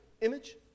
image